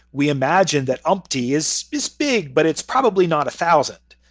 we imagine that umpty is is big, but it's probably not a thousand.